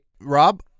Rob